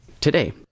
today